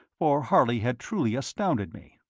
for harley had truly astounded me.